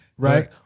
Right